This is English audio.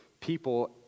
people